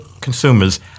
consumers